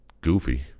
Goofy